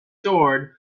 sword